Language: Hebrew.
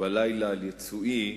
בלילה על יצועי,